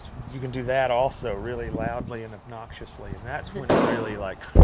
you can do that also really loudly and obnoxiously. and that's when it really, like,